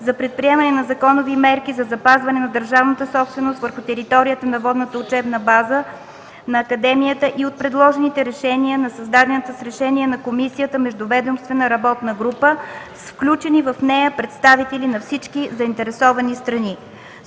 за предприемане на законови мерки за запазване на държавната собственост върху територията на Водна учебна спортна база на Академията и предложените решения на създадената с Решение на Комисията, междуведомствена работна група, с включени в нея представители на всички заинтересовани страни.